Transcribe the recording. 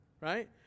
right